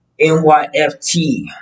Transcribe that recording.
NYFT